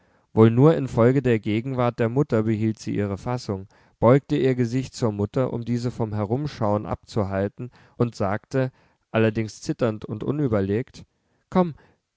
wohl nur infolge der gegenwart der mutter behielt sie ihre fassung beugte ihr gesicht zur mutter um diese vom herumschauen abzuhalten und sagte allerdings zitternd und unüberlegt komm